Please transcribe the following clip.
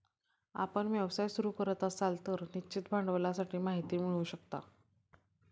आपण व्यवसाय सुरू करत असाल तर निश्चित भांडवलाची माहिती मिळवू शकता